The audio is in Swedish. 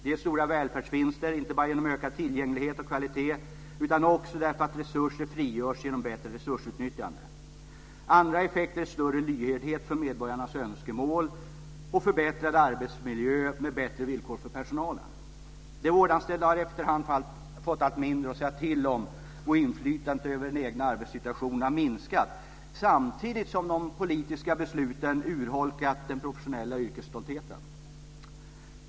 Det är stora välfärdsvinster inte bara genom ökad tillgänglighet och kvalitet utan också därför att resurser frigörs genom bättre resursutnyttjande. Andra effekter är större lyhördhet för medborgarnas önskemål och förbättrad arbetsmiljö med bättre villkor för personalen. De vårdanställda har efterhand fått allt mindre att säga till om, och inflytandet över den egna arbetssituationen har minskat, samtidigt som de politiska besluten urholkat den professionella yrkesstoltheten.